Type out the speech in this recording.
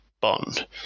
Bond